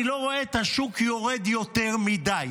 אני לא רואה את השוק יורד יותר מדי,